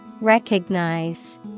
Recognize